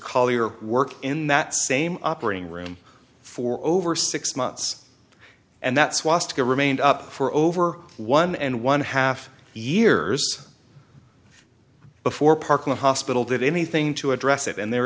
collyer work in that same operating room for over six months and that swastika remained up for over one and one half years before parkland hospital did anything to address it and there